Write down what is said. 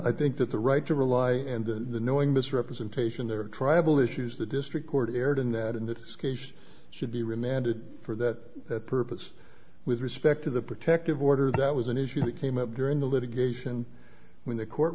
and the knowing misrepresentation their tribal issues the district court erred in that in this case should be remanded for that purpose with respect to the protective order that was an issue that came up during the litigation when the court